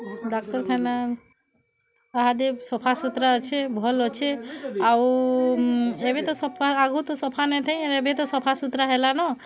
ଡାକ୍ତରଖାନା ଇହାଦେ ସଫାସୁତ୍ରା ଅଛେ ଭଲ୍ ଅଛେ ଆଉ ଏବେ ତ ସଫା ଆଗୁର୍ ତ ସଫା ନାଇଁ ଥାଏ ଆର ଏବେ ତ ସଫାସୁତ୍ରା ହେଲାନ